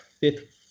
fifth